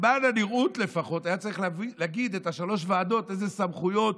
למען הנראות לפחות היה צריך להגיד על שלוש הוועדות אילו סמכויות,